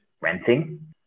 renting